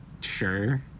Sure